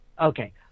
Okay